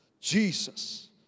Jesus